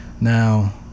Now